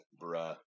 bruh